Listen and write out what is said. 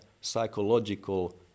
psychological